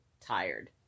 tired